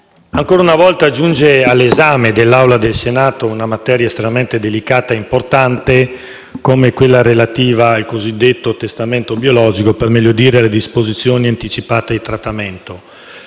ancora una volta giunge all'esame dell'Assemblea del Senato una materia estremamente delicata e importante, come quella relativa al cosiddetto testamento biologico o, per meglio dire, alle disposizioni anticipate di trattamento.